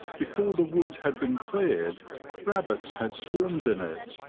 before the wood had been cleared rabbits had swarmed in it,